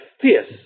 fierce